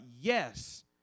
yes